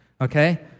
okay